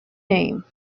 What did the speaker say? name